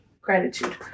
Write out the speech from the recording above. gratitude